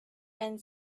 and